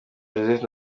joseph